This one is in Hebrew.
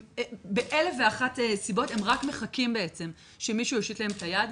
באלף ואחת סיבות הם רק מחכים בעצם שמישהו יושיט להם את היד.